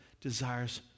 desires